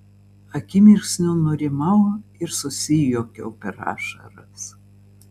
akimirksniu nurimau ir susijuokiau per ašaras